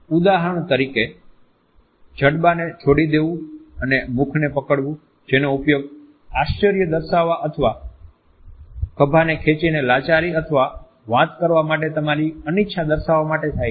ઉદાહરણ તરીકે જડબાને છોડી દેવું અને મુખ ને પકડવું જેનો ઉપયોગ આશ્ચર્ય દર્શાવવા અથવા ખભાને ખેંચીને લાચારી અથવા વાત કરવા માટે તમારી અનિચ્છા દર્શાવવા માટે થાય છે